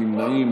אין נמנעים.